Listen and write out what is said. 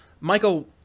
Michael